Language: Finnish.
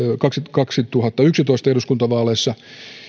kaksituhattayksitoista eduskuntavaaleissa